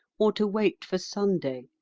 or to wait for sunday.